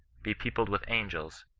be peopled with angels,